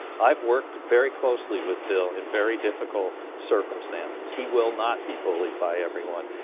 i have worked very closely with bill in very difficult circumstances. he will not be bullied by everyone.